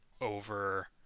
over